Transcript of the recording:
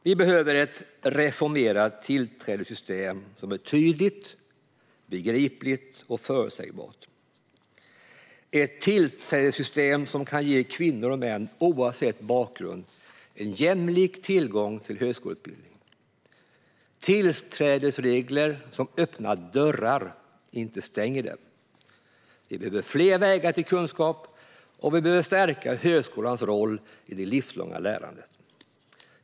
Vi behöver ett reformerat tillträdessystem som är tydligt, begripligt och förutsägbart och som kan ge kvinnor och män, oavsett bakgrund, jämlik tillgång till högskoleutbildning. Vi behöver tillträdesregler som öppnar dörrar, inte stänger dem. Vi behöver fler vägar till kunskap, och vi behöver stärka högskolans roll i det livslånga lärandet.